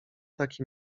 taki